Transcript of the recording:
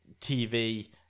TV